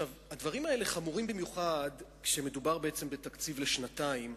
הדברים האלה חמורים במיוחד כשמדובר בעצם בתקציב לשנתיים.